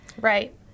Right